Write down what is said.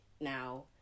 now